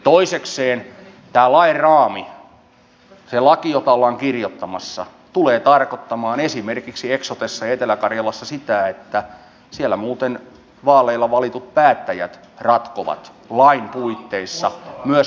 toisekseen tämä lain raami se laki jota ollaan kirjoittamassa tulee muuten tarkoittamaan esimerkiksi eksotessa etelä karjalassa sitä että siellä vaaleilla valitut päättäjät ratkovat lain puitteissa myös sitä tuotantorakennetta